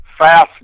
fast